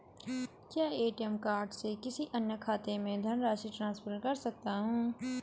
क्या ATM card से किसी अन्य खाते में धनराशि ट्रांसफर कर सकता हूँ?